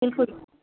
बिल्कुलु